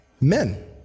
men